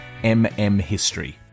mmhistory